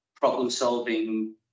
problem-solving